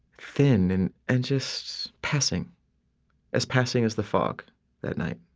thin, and and just passing as passing as the fog that night